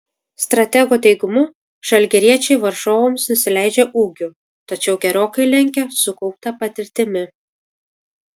stratego teigimu žalgiriečiai varžovams nusileidžia ūgiu tačiau gerokai lenkia sukaupta patirtimi